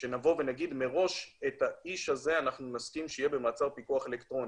שנוכל להגיד מראש שאת האיש הזה נסכים שיהיה במעצר פיקוח אלקטרוני,